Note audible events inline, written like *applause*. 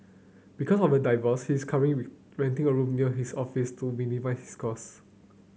because of the divorce his current *unintelligible* renting a room near his office to minimize his cost